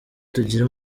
tugire